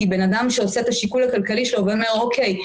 כי בן אדם שעושה את השיקול הכלכלי שלו ואומר אוקיי,